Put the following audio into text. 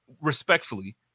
respectfully